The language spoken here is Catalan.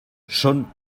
són